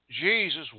Jesus